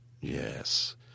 Yes